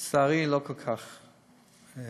לצערי, לא כל כך הצליח.